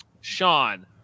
Sean